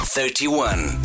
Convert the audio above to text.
Thirty-one